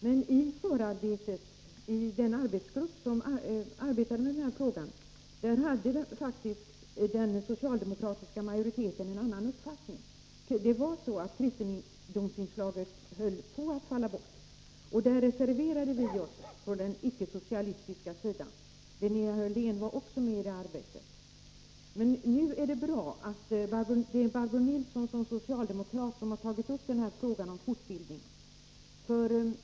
Men i den arbetsgrupp som arbetade med denna fråga hade faktiskt den socialdemokratiska majoriteten en annan uppfattning, vilket ledde till att kristendomsinslaget höll på att falla bort. Vi reserverade oss på den icke-socialistiska sidan. Också Linnea Hörlén var med i det arbetet. Barbro Nilsson i Örnsköldsvik, som är socialdemokrat, har nu tagit upp denna fråga om fortbildning, och det är bra.